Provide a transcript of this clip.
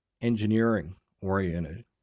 engineering-oriented